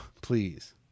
please